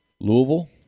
Louisville